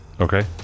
Okay